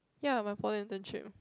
ya my poly internship